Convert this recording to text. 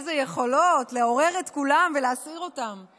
איזה יכולות לעורר ולהסעיר את כולם.